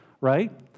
right